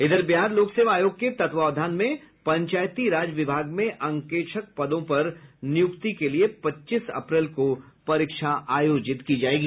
इधर बिहार लोक सेवा आयोग के तत्वावधान में पंचायती राज विभाग में अंकेक्षक पदों पर नियुक्ति के लिए पच्चीस अप्रैल को परीक्षा होगी